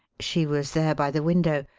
she was there by the window,